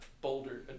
boulder